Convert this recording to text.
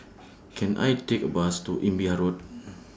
Can I Take A Bus to Imbiah Road